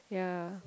ya